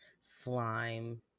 slime